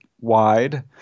wide